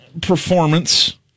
performance